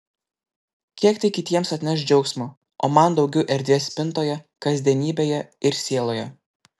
kiek tai kitiems atneš džiaugsmo o man daugiau erdvės spintoje kasdienybėje ir sieloje